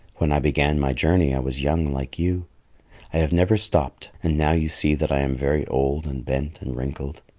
when i began my journey i was young like you. i have never stopped, and now you see that i am very old and bent and wrinkled,